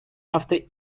after